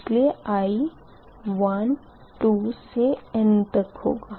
इसलिए i12n होगा